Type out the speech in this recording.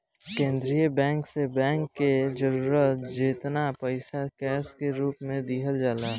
केंद्रीय बैंक से बैंक के जरूरत जेतना पईसा कैश के रूप में दिहल जाला